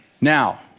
Now